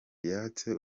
yatse